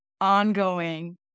ongoing